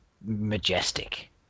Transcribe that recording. majestic